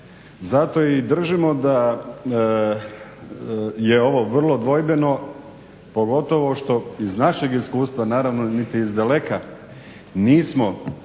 Zato i držimo da je ovo vrlo dvojbeno, pogotovo što iz našeg iskustva naravno niti iz daleka nismo